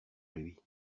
lui